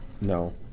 no